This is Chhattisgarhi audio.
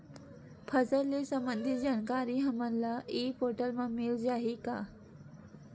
फसल ले सम्बंधित जानकारी हमन ल ई पोर्टल म मिल जाही का?